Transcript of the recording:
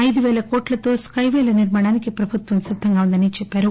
ఐదు పేల కోట్లతో స్క్రెపేల నిర్మాణానికి ప్రభుత్వం సిద్ధంగా ఉందని చెప్పారు